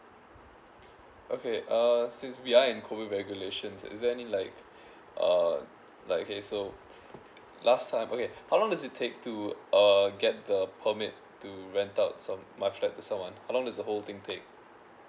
okay uh since we are in COVID regulations is there any like uh like okay so last time okay how long does it take to uh get the permit to rent out some my flat to someone how long is the whole thing take